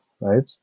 Right